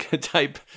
type